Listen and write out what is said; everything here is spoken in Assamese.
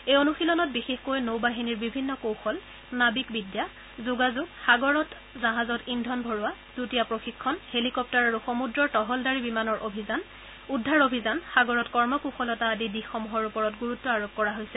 এই অনুশীলনত বিশেষকৈ নৌবাহিনীৰ বিভিন্ন কৌশল নাবিক বিদ্যা যোগাযোগ সাগৰত জাহাজত ইন্ধন ভৰোৱা যুটীয়া প্ৰশিক্ষণ হেলিকপ্টাৰ আৰু সমূদ্ৰৰ টহলদাৰী বিমানৰ অভিযান উদ্ধাৰ অভিযান সাগৰত কৰ্ম কুশলতা আদি দিশসমূহৰ ওপৰত গুৰুত্ব আৰোপ কৰা হৈছে